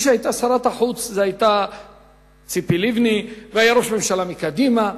שרת החוץ היתה ציפי לבני, היה ראש ממשלה מקדימה,